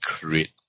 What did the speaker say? create